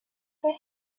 her